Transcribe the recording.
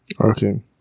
Okay